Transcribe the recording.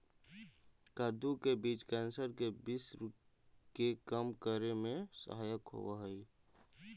कद्दू के बीज कैंसर के विश्व के कम करे में सहायक होवऽ हइ